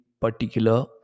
particular